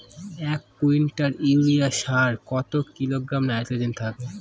এক quintal urea সারে কত কিলোগ্রাম নাইট্রোজেন থাকে?